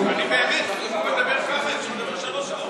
אם הוא מדבר ככה, אפשר לדבר שלוש שעות.